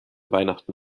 weihnachten